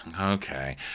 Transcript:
Okay